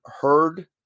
heard